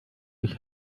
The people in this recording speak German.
ich